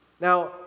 Now